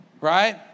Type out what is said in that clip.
right